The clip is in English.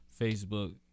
Facebook